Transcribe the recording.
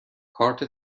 کارت